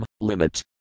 limit